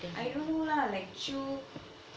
I don't know lah like chew